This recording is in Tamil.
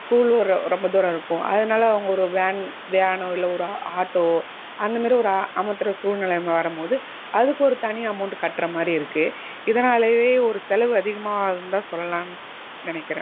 ஸ்கூல் ஒரு ரொம்ப தூரம் இருக்கும் அதனால் அவங்க ஒரு வேன் வேன்னோ இல்லை ஒரு ஆட்டோ அந்தமாரி ஒரு அமர்த்துற சூழ்நிலை வரும்போது அதுக்கு ஒரு தனி அமௌன்ட் கட்டுற மாதிரிருக்கு இதனாலேயே ஒரு செலவு அதிகமாக இருந்தால் சொல்லலான்னு நினைக்கறேன்